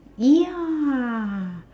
ya